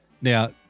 Now